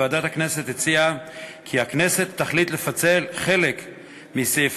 ועדת הכנסת הציעה כי הכנסת תחליט לפצל חלק מסעיפי